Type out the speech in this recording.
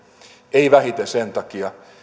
ei vähiten sen takia